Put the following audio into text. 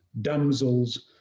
damsels